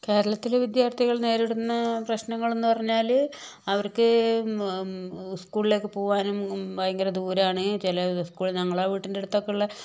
കേരളത്തില് വിദ്യാർത്ഥികൾ നേരിടുന്ന പ്രശ്നങ്ങളെന്നു പറഞ്ഞാല് അവർക്ക് സ്കൂളിലേക്ക് പോകാനും ഭയങ്കര ദൂരമാണ് ചില സ്കൂള് ഞങ്ങളുടെ വീട്ടിൻ്റെ അടുത്തക്കെയുള്ള